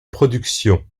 production